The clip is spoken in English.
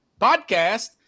podcast